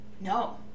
No